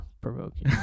provoking